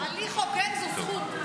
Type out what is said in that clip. הליך הוגן זה זכות.